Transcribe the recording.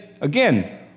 again